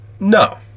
No